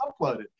uploaded